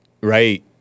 Right